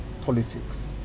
politics